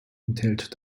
enthält